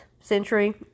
century